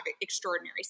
extraordinary